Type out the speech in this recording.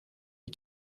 des